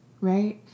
right